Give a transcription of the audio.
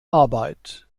arbeit